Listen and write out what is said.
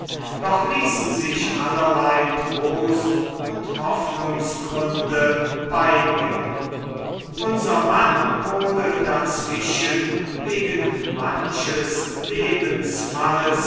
doch ließen sich allerlei trost und hoffnungsgründe beibringen unser mann wurde dazwischen wegen manches